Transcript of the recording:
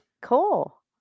Cool